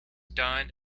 done